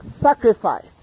sacrifice